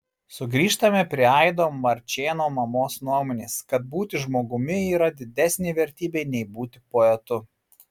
sugrįžtame prie aido marčėno mamos nuomonės kad būti žmogumi yra didesnė vertybė nei būti poetu